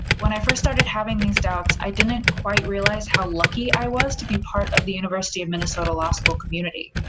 when i first started having these doubts, i didn't quite realize how lucky i was to be part of the university of minnesota law school community,